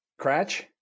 Cratch